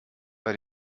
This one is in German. bei